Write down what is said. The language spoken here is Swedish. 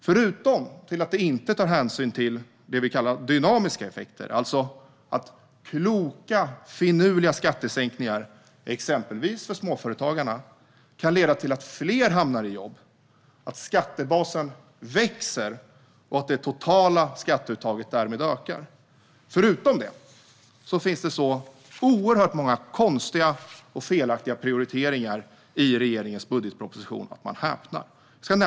Förutom att det inte tar hänsyn till så kallade dynamiska effekter, alltså att kloka och finurliga skattesänkningar - exempelvis för småföretagarna - kan leda till att fler hamnar i jobb, att skattebasen växer och att det totala skatteuttaget därmed ökar, finns det så oerhört många konstiga och felaktiga prioriteringar i regeringens budgetproposition att man häpnar.